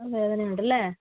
അ വേദനയുണ്ടല്ലേ